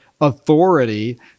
authority